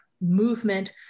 movement